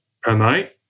promote